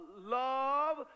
love